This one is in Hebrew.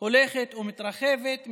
הולכת ומתרחבת.